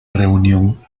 reunión